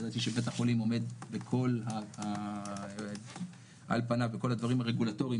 ידעתי שבית החולים עומד על פניו בכל הדברים הרגולטוריים